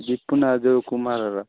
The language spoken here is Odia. ଦିପୁନା ଯୋଉ କୁମା ଘର